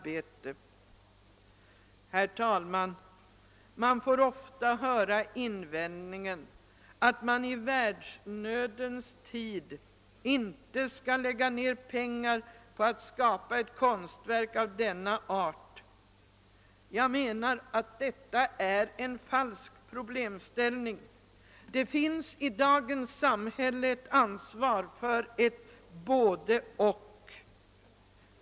Man får, herr talman, ofta höra invändningen, att man i världsnödens tid inte skall lägga ned pengar på att skapa ett konstverk av denna art. Jag menar att detta är en falsk problemställning. Det finns i dagens samhälle ett ansvar för ett både—och.